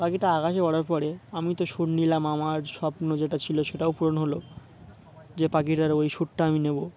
পাখিটা আকাশে ওড়ার পরে আমি তো সুট নিলাম আমার স্বপ্ন যেটা ছিলো সেটাও পূরণ হলো যে পাখিটার ওই সুটটা আমি নেব